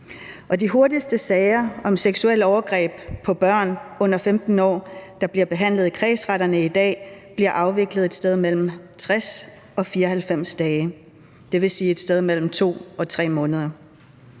De hurtigste sager om seksuelle overgreb på børn under 15 år, der bliver behandlet i kredsretterne i dag, bliver afviklet på et sted mellem 60 og 94 dage, dvs. et sted mellem 2 og 3 måneder.